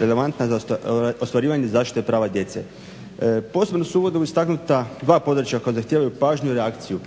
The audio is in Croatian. relevantna za ostvarivanje zašite prava djece. Posebno su u uvodu istaknuta dva područja koja zahtijevaju pažnju i reakciju,